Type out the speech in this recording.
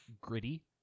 gritty